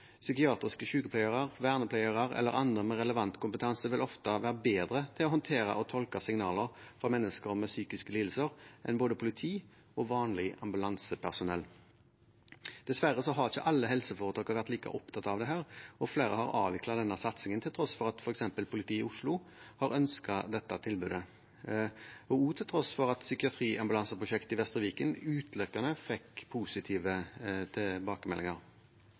Psykiatriske sykepleiere, vernepleiere eller andre med relevant kompetanse vil ofte være bedre til å håndtere og tolke signaler fra mennesker med psykiske lidelser enn både politi og vanlig ambulansepersonell. Dessverre har ikke alle helseforetakene vært like opptatt av dette, og flere har avviklet denne satsingen til tross for at f.eks. politiet i Oslo har ønsket dette tilbudet, og til tross for at psykiatriambulanseprosjektet i Vestre Viken utelukkende fikk positive tilbakemeldinger.